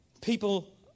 People